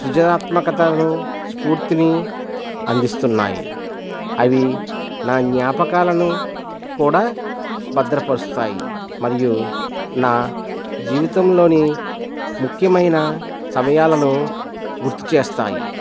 సృజనాత్మకతను స్పూర్తిని అందిస్తున్నాయి అవి నా జ్ఞాపకాలను కూడా భద్రపరుస్తాయి మరియు నా జీవితంలోని ముఖ్యమైన సమయాలను గుర్తుచేస్తాయి